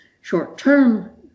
short-term